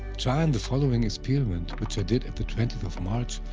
trying and the following experiment, which i did at the twentieth of march,